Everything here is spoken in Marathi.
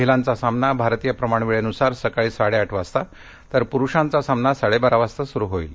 महिलांचा सामना भारतीय प्रमाणवेळेनुसार सकाळी साडे आठ वाजता तर प्रुषांचा सामना साडेबारा वाजता सुरु होणार आहे